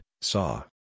saw